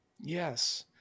Yes